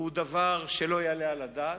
והוא דבר שלא יעלה על הדעת.